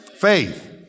Faith